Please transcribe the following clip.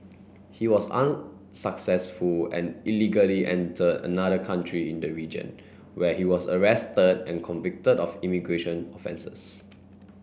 he was unsuccessful and illegally entered another country in the region where he was arrested and convicted of immigration offences